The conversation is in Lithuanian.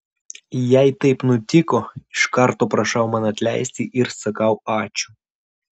jei taip nutiko iš karto prašau man atleisti ir sakau ačiū